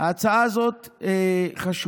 ההצעה הזאת חשובה,